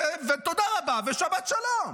תודה רבה ושבת שלום.